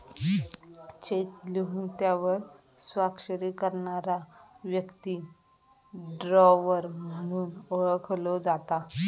check लिहून त्यावर स्वाक्षरी करणारा व्यक्ती ड्रॉवर म्हणून ओळखलो जाता